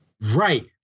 Right